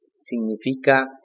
significa